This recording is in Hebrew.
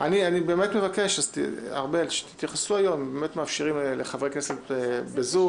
אני באמת מבקש שתתייחסו היום אם באמת מאפשרים לחברי כנסת בזום